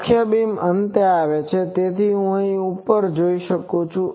મુખ્ય બીમ અંતે આવે છે તેથી ત્યાં હું ઉપર જઇ શકું છું